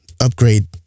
upgrade